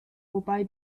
wobei